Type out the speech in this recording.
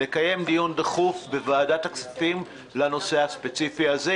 לקיים דיון דחוף בוועדת הכספים על הנושא הספציפי הזה,